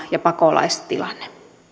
ja pakolaistilanteen